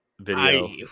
video